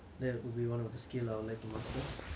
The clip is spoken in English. சரி:sari I know you're judging me now